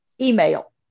email